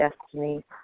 destiny